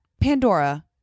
Pandora